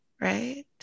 right